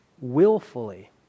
willfully